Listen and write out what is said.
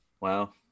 Wow